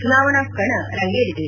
ಚುನಾವಣಾ ಕಣ ರಂಗೇರಿದೆ